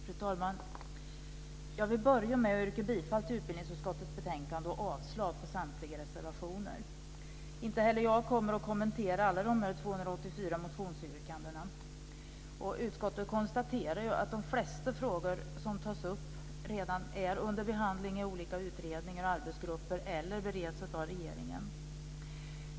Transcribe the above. Fru talman! Jag vill börja med att yrka bifall till utbildningsutskottets förslag och avslag på samtliga reservationer. Inte heller jag kommer att kommentera alla de 284 motionsyrkandena. Utskottet konstaterar att de flesta frågor som tas upp redan är under behandling i olika utredningar och arbetsgrupper eller bereds av regeringen.